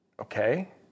Okay